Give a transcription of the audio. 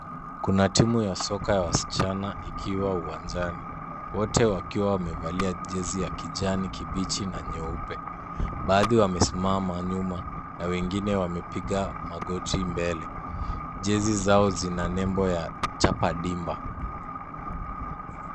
Kuna timu ya soka ya wasichana ikiwa uwanjani, wote wakiwa wamevalia jezi ya kijani kibichi na nyeupe, baadhi wamesimama nyuma na wengine wamepiga magoti mbele. Jezi zao zina nembo ya Chapa Dimba.